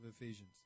Ephesians